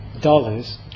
dollars